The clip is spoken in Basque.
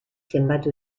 zenbatu